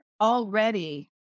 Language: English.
already